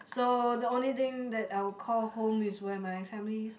so the only thing I would call home is where my family is